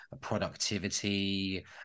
productivity